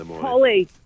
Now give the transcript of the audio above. Holly